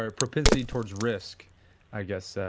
ah propensity towards risk i guess?